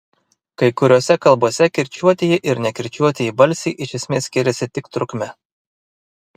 kai kuriose kalbose kirčiuotieji ir nekirčiuotieji balsiai iš esmės skiriasi tik trukme